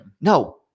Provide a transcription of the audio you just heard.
No